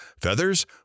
Feathers